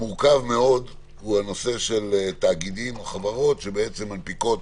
המורכב מאוד, הוא תאגידים וחברות שמנפיקות